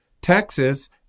Texas